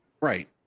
Right